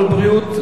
אבל בריאות,